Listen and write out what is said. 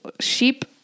sheep